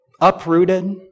uprooted